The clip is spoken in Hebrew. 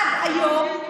עד היום,